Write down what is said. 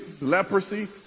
leprosy